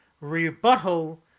rebuttal